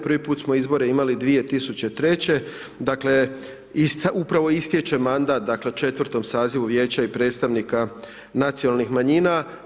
Prvi put smo izbore imali 2003. dakle upravo istječe mandat dakle 4.tom sazivu vijeća i predstavnika nacionalnih manjina.